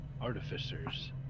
Artificers